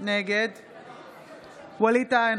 ווליד טאהא,